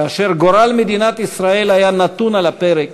כאשר גורל מדינת ישראל היה נתון על הפרק,